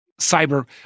cyber